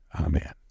Amen